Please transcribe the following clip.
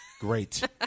Great